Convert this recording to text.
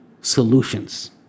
solutions